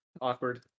awkward